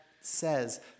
says